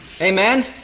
Amen